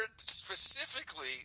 specifically